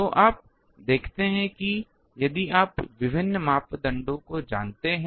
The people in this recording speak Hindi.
तो आप देखते हैं कि यदि आप विभिन्न मापदंडों को जानते हैं